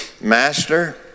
Master